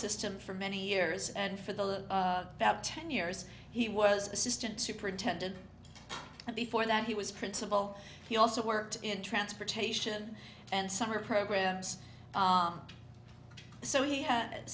system for many years and for the ten years he was assistant superintendent and before that he was principal he also worked in transportation and summer programs so he had